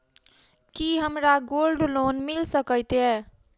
की हमरा gold loan मिल सकैत ये?